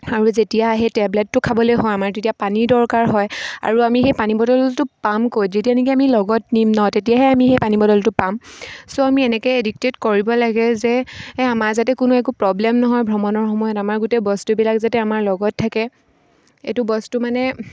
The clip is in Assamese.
আৰু যেতিয়া সেই টেবলেটটো খাবলৈ হয় আমাৰ তেতিয়া পানী দৰকাৰ হয় আৰু আমি সেই পানী বটলটো পাম ক'ত যেতিয়া এনেকৈ আমি লগত নিম ন তেতিয়াহে আমি সেই পানী বটলটো পাম ছ' আমি এনেকৈ এডিক্টেড কৰিব লাগে যে আমাৰ যাতে কোনো একো প্ৰব্লেম নহয় ভ্ৰমণৰ সময়ত আমাৰ গোটেই বস্তুবিলাক যাতে আমাৰ লগত থাকে এইটো বস্তু মানে